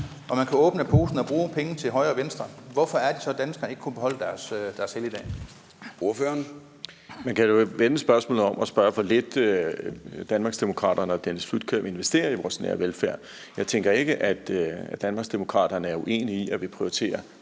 og man kan åbne posen og bruge penge til højre og venstre, hvorfor er det så, danskerne ikke kunne beholde deres helligdag? Kl. 09:14 Formanden (Søren Gade): Ordføreren. Kl. 09:14 Benny Engelbrecht (S): Man kan jo vende spørgsmålet om og spørge, hvor lidt Danmarksdemokraterne og Dennis Flydtkjær vil investere i vores nære velfærd. Jeg tænker ikke, at Danmarksdemokraterne er uenige i, at vi prioriterer